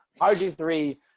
RG3